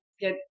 get